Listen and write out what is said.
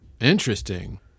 Interesting